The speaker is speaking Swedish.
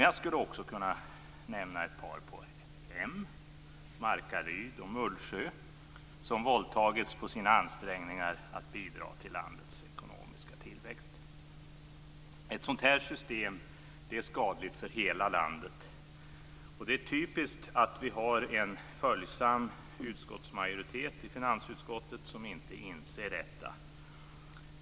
Jag skulle också kunna nämna ett par på m, t.ex. Markaryd och Mullsjö, som våldtagits i sina ansträngningar att bidra till landets ekonomiska tillväxt. Ett sådant här system är skadligt för hela landet. Det är typiskt att vi har en följsam utskottsmajoritet i finansutskottet som inte inser detta.